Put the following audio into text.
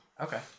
Okay